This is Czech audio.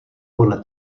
podle